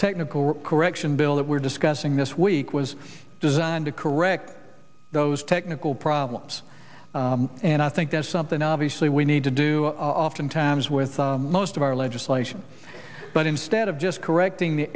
technical correction bill that we're discussing this week was designed to correct those technical problems and i think that's something obviously we need to do oftentimes with most of our legislation but instead of just correcting